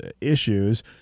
issues